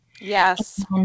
Yes